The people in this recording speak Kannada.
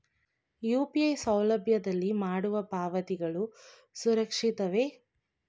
ಯು.ಪಿ.ಐ ಸೌಲಭ್ಯದಲ್ಲಿ ಮಾಡುವ ಪಾವತಿಗಳು ಸುರಕ್ಷಿತವೇ?